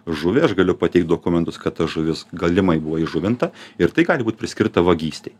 žuvį aš galiu pateikt dokumentus kad ta žuvis galimai buvo įžuvinta ir tai gali būt priskirta vagystei